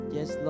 Yes